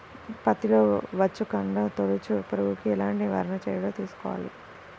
పత్తిలో వచ్చుకాండం తొలుచు పురుగుకి ఎలాంటి నివారణ చర్యలు తీసుకోవాలి?